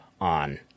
on